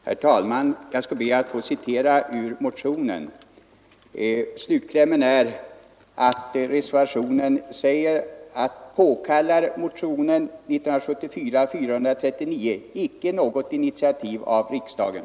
Herr talman! Jag skall be att få citera ur reservationen 2. I slutklämmen står det: ”——— påkallar motionen 1974:539 inte något initiativ av riksdagen.”